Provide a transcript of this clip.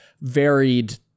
varied